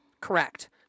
Correct